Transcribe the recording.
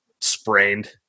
sprained